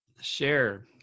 share